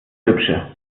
hübsche